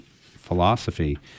philosophy